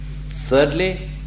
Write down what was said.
Thirdly